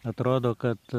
atrodo kad